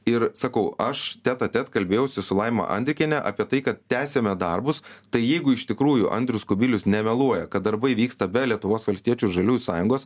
ir sakau aš ted a ted kalbėjausi su laima andrikiene apie tai kad tęsiame darbus tai jeigu iš tikrųjų andrius kubilius nemeluoja kad darbai vyksta be lietuvos valstiečių žalių sąjungos